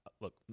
look